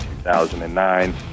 2009